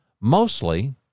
Mostly